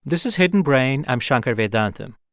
this is hidden brain. i'm shankar vedantam